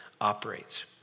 operates